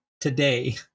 today